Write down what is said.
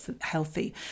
healthy